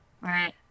Right